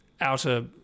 outer